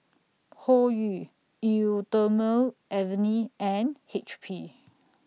Hoyu Eau Thermale Avene and H P